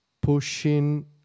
pushing